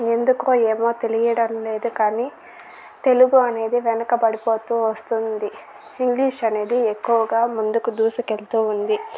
ఎందుకో ఏమో తెలియడం లేదు కానీ తెలుగు అనేది వెనుకబడిపోతూ వస్తుంది ఇంగ్లీష్ అనేది ఎక్కువగా ముందుకు దూసుకువెళ్తుంది